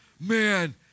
Man